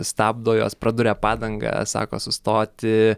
stabdo juos praduria padangą sako sustoti